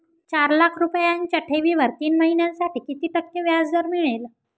चार लाख रुपयांच्या ठेवीवर तीन महिन्यांसाठी किती टक्के व्याजदर मिळेल?